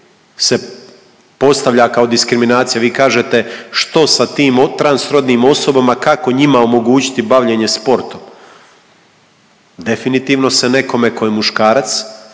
se postavlja kao diskriminacija, vi kažete, što sa tim transrodnim osobama, kako njima omogućiti bavljenje sportom? Definitivno se nekome tko je muškarac,